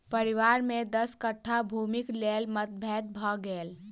परिवार में दस कट्ठा भूमिक लेल मतभेद भ गेल